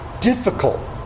difficult